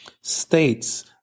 states